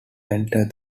enter